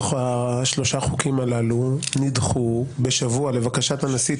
שלושה החוקים הללו נדחו בשבוע לבקשת הנשיא,